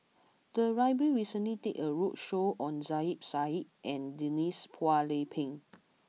the library recently did a roadshow on Zubir Said and Denise Phua Lay Peng